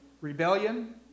Rebellion